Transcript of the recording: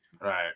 Right